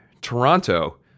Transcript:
Toronto